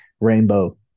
rainbow